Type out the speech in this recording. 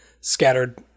scattered